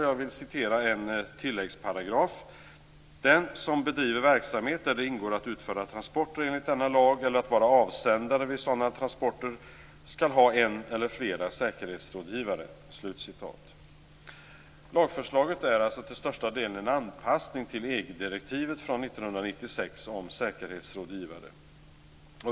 Jag vill citera en tilläggsparagraf: "Den som bedriver verksamhet där det ingår att utföra transporter enligt denna lag eller att vara avsändare vid sådana transporter skall ha en eller flera säkerhetsrådgivare." Lagförslaget är alltså till största delen en anpassning till EG-direktivet från 1996 om säkerhetsrådgivare.